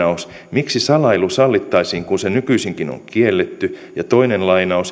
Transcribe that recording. miksi salailu sallittaisiin kun se nykyisinkin on kielletty